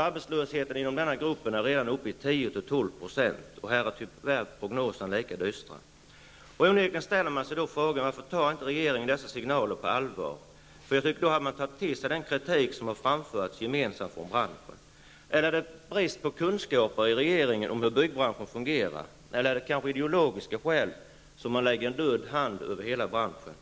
Arbetslösheten inom denna grupp är redan uppe i 10-12 %. Prognoserna här är tyvärr lika dystra. Man ställer sig då onekligen frågan: Varför tar inte regeringen dessa signaler på allvar? Då hade man tagit till sig den kritik som framförts gemensamt från företagen inom branschen. Råder det brist på kunskaper i regeringen om hur byggbranschen fungerar eller är det kanske ideologiska skäl som har lagt en död hand över hela branschen?